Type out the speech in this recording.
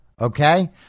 Okay